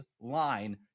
line